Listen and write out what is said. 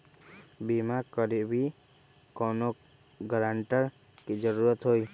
बिमा करबी कैउनो गारंटर की जरूरत होई?